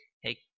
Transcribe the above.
Hey